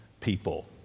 people